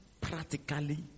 practically